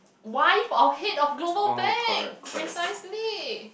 wife of head of global bank precisely